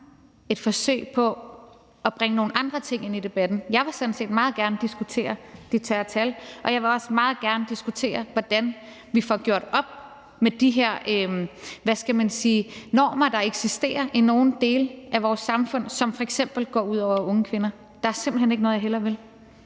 et forsøg på at bringe nogle andre ting ind i debatten. Jeg vil sådan set meget gerne diskutere de tørre tal, og jeg vil også meget gerne diskutere, hvordan vi får gjort op med de her, hvad skal man sige, normer, der eksisterer i nogle dele af vores samfund, som f.eks. går ud over unge kvinder. Der er simpelt hen ikke noget, jeg hellere vil.